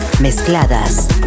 mezcladas